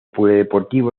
polideportivo